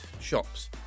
shops